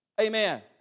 Amen